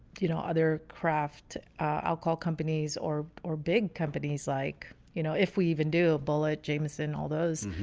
you know, other craft alcohol companies or, or big companies like you know if we even do a bullet jamison all those